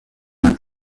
man